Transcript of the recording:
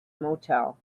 motel